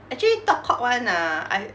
actually talk cock [one] ah I